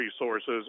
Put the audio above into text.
resources